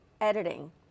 Editing